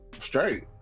straight